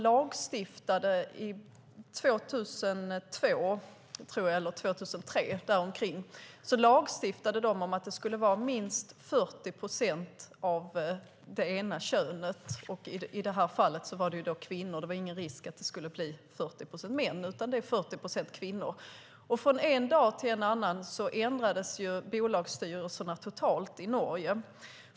År 2002 eller 2003, däromkring, lagstiftade de om att det skulle vara minst 40 procent av det ena könet i de börsnoterade bolagens styrelser. I det här fallet var det då kvinnor. Det var ingen risk att det skulle bli 40 procent män, utan det var 40 procent kvinnor. Från en dag till en annan ändrades bolagsstyrelserna totalt i Norge.